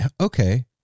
okay